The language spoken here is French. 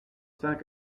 cinq